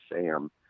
Sam